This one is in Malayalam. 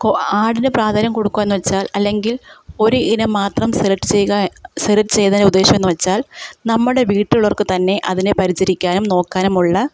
കോ ആടിനു പ്രാധാന്യം കൊടുക്കുക എന്നു വെച്ചാൽ അല്ലെങ്കിൽ ഒരു ഇനം മാത്രം സെലക്റ്റ് ചെയ്യുക സെലക്റ്റ് ചെയ്യുന്നതിൻ്റെ ഉദ്ദേശമെന്നു വെച്ചാൽ നമ്മുടെ വീട്ടിലുള്ളവർക്കു തന്നെ അതിനെ പരിചരിക്കാനും നോക്കാനുമുള്ള